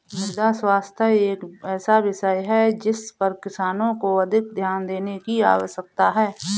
मृदा स्वास्थ्य एक ऐसा विषय है जिस पर किसानों को अधिक ध्यान देने की आवश्यकता है